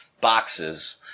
boxes